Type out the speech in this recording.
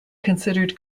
considered